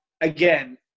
again